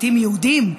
פליטים יהודים,